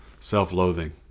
self-loathing